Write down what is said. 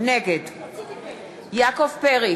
בית-המשפט בעצם